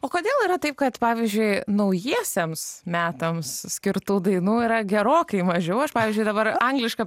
o kodėl yra taip kad pavyzdžiui naujiesiems metams skirtų dainų yra gerokai mažiau aš pavyzdžiui dabar anglišką